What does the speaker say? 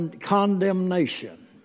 condemnation